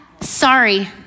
Sorry